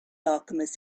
alchemist